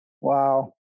Wow